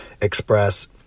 express